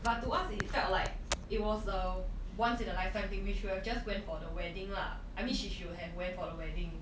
but to us it felt like it was a once in a lifetime thing we should have just went for the wedding lah I mean she should have went for the wedding